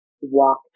walk